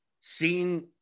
seeing